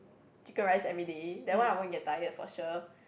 chicken rice everyday that one I won't get tired for sure